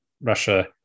Russia